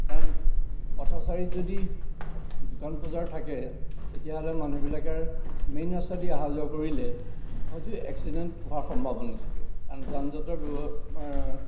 কাৰণ পথচাৰীত যদি দোকান বজাৰ থাকে তেতিয়াহ'লে মানুহবিলাকৰ মেইন ৰাস্তা দি অহা যোৱা কৰিলে হয়তো এক্সিডেণ্ট হোৱাৰ সম্ভাৱনা থাকে কাৰণ যানযঁটৰ ব্য়ৱ